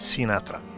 Sinatra